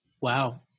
Wow